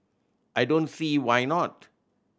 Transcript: I don't see why not